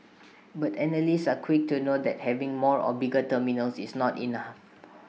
but analysts are quick to note that having more or bigger terminals is not enough